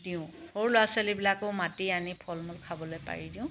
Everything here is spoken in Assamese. দিওঁ সৰু ল'ৰা ছোৱালীবিলাকো মাতি আনি ফল মূল খাবলৈ পাৰি দিওঁ